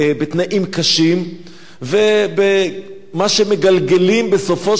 ובמה שמגלגלים בסופו של דבר על הצרכן הישראלי,